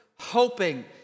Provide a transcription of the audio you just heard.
hoping